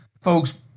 folks